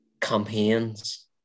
campaigns